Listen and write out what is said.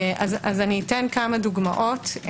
אתן כמה דוגמאות.